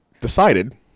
decided